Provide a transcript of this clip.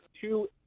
two